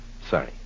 Sorry